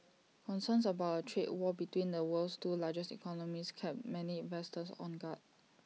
concerns about A trade war between the world's two largest economies kept many investors on guard